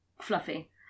fluffy